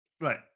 right